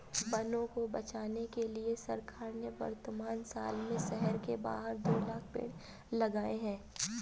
वनों को बचाने के लिए सरकार ने वर्तमान साल में शहर के बाहर दो लाख़ पेड़ लगाए हैं